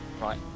Right